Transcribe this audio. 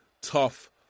tough